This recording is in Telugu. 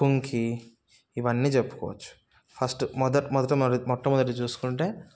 కుంకి ఇవన్నీ చెప్పుకోవచ్చు ఫస్ట్ మొద మొదటమొదటి మొట్టమొదటిది చూసుకుంటే